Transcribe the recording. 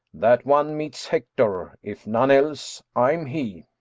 that one meets hector if none else, i am he.